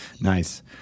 Nice